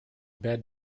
bed